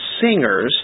singers